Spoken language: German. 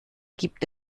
gibt